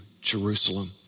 Jerusalem